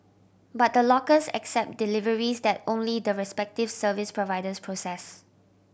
but the lockers accept deliveries that only the respective service providers process